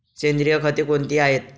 सेंद्रिय खते कोणती आहेत?